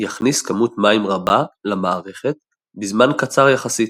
יכניס כמות מים רבה למערכת בזמן קצר יחסית,